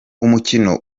umukino